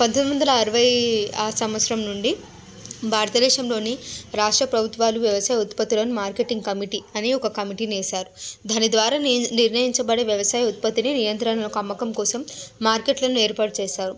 పద్దెనిమిది వందల అరవై సంవత్సరం నుండి భారతదేశంలోని రాష్ట్ర ప్రభుత్వాలు వ్యవసాయ ఉత్పత్తులను మార్కెటింగ్ కమిటి అని ఒక కమిటీని వేసారు దాని ద్వారా నిర్ణయించబడే వ్యవసాయ ఉత్పత్తిని నియంత్రణలకు అమ్మకం కోసం మార్కెట్లను ఏర్పాటు చేసారు